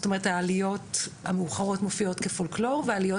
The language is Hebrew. זאת אומרת העליות המאוחרות מופיעות כפולקלור והעליות